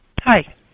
Hi